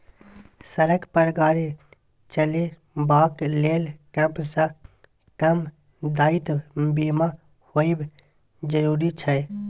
सड़क पर गाड़ी चलेबाक लेल कम सँ कम दायित्व बीमा होएब जरुरी छै